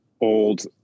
old